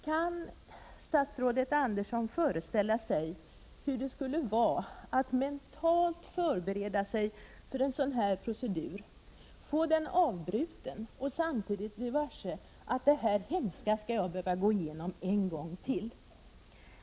Kan statsrådet Andersson föreställa sig hur det kan vara att mentalt förbereda sig för en sådan här procedur, få den avbruten och samtidigt bli varse att man måste gå igenom detta hemska en gång till?